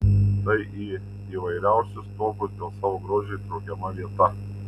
tai į įvairiausius topus dėl savo grožio įtraukiama vieta